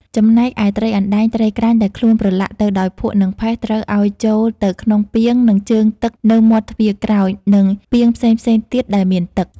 ចំណែកឯត្រីអណ្ដែង ត្រីក្រាញ់ ដែលខ្លួនប្រឡាក់ទៅដោយភក់ និងផេះ ត្រូវឲ្យចូលទៅក្នុងពាង និងជើងទឹកនៅមាត់ទ្វារក្រោយ និងពាងផ្សេងៗទៀតដែលមានទឹក។